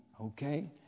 okay